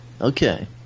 Okay